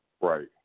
Right